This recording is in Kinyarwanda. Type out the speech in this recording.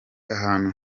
ahantu